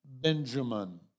Benjamin